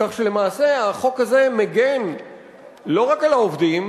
כך שלמעשה החוק הזה מגן לא רק על העובדים,